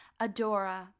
adora